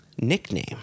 nickname